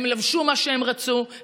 הן לבשו מה שהן רצו,